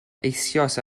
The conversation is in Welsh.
eisoes